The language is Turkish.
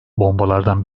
bombalardan